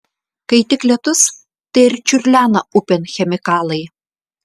kai tik lietus tai ir čiurlena upėn chemikalai